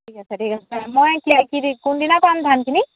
ঠিক আছে ঠিক আছে মই এতিয়া কি দি কোনদিনা পাম ধানখিনি